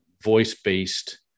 voice-based